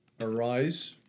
Arise